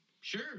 sure